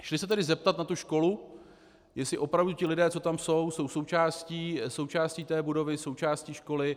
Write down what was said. Šli se tedy zeptat na tu školu, jestli opravdu ti lidé, co tam jsou, jsou součástí té budovy, součástí té školy.